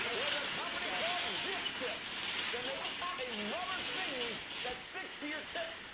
there's a company called jiptip that makes a rubber thingy that sticks to your tip,